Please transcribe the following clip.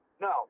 No